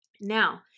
now